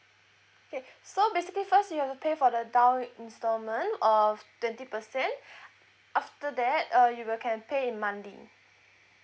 okay so basically first you have to pay for the down instalment of twenty percent after that uh you will can pay in monthly